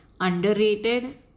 underrated